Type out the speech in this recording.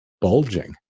bulging